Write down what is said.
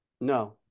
No